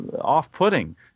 off-putting